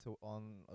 on